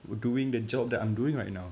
doing the job that I'm doing right now